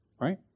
Right